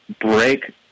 break